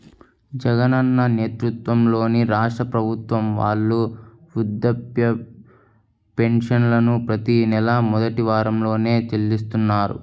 జగనన్న నేతృత్వంలోని రాష్ట్ర ప్రభుత్వం వాళ్ళు వృద్ధాప్య పెన్షన్లను ప్రతి నెలా మొదటి వారంలోనే చెల్లిస్తున్నారు